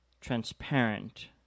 transparent